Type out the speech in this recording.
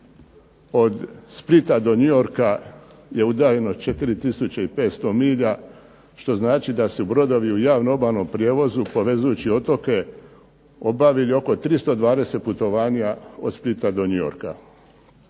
od Splita do New Yorka je udaljenost 4500 milja što znači da su brodovi u javnom obalnom prijevozu povezujući otoke obavili oko 320 putovanja od Splita do New Yorka.